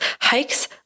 Hikes